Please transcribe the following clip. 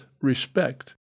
respect